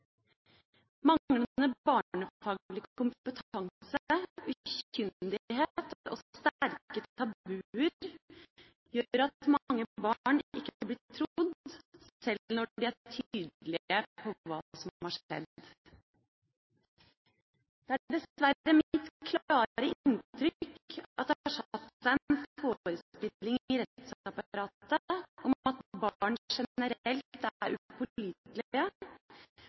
Manglende barnefaglig kompetanse, ukyndighet og sterke tabuer gjør at mange barn ikke blir trodd, sjøl når de er tydelige på hva som har skjedd. Det er dessverre mitt klare inntrykk at det har satt seg en forestilling i rettsapparatet om at barn generelt er